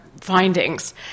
findings